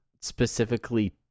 specifically